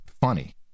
funny